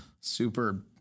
super